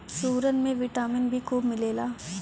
सुरन में vitamin B खूब मिलेला